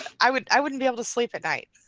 i wouldn't i wouldn't be able to sleep at night.